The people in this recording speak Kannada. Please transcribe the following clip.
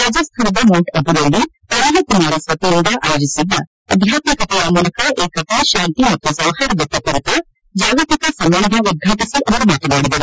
ರಾಜಸ್ಥಾನದ ಮೌಂಟ್ ಅಬುನಲ್ಲಿ ಬ್ರಹ್ಮ ಕುಮಾರೀಸ್ ವತಿಯಿಂದ ಆಯೋಜಿಸಿದ್ದ ಆಧ್ಯಾತ್ಮಿಕತೆಯ ಮೂಲಕ ಏಕತೆ ಶಾಂತಿ ಮತ್ತು ಸೌಹಾರ್ದತೆ ಕುರಿತ ಜಾಗತಿಕ ಸಮ್ಮೇಳನ ಉದ್ಘಾಟಿಸಿ ಅವರು ಮಾತನಾಡಿದರು